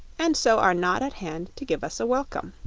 and so are not at hand to give us a welcome.